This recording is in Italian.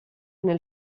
nel